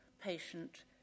patient